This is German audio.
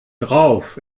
drauf